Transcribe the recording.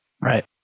Right